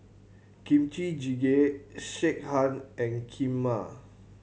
Kimchi Jjigae Sekihan and Kheema